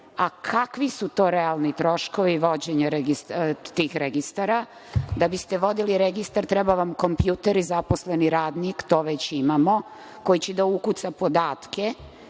– kakvi su to realni troškovi vođenja tih registara? Da biste vodili registar, treba vam kompjuter i zaposleni radnik, to već imamo, koji će da ukuca podatke